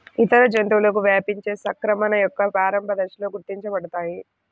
ఇతర జంతువులకు వ్యాపించే సంక్రమణ యొక్క ప్రారంభ దశలలో గుర్తించబడతాయి